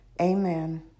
Amen